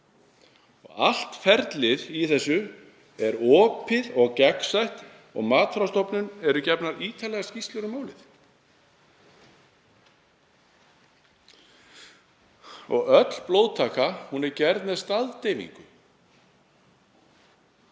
Allt ferlið í þessu er opið og gegnsætt og Matvælastofnun eru gefnar ítarlegar skýrslur um málið. Öll blóðtaka er gerð með staðdeyfingu.